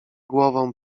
głową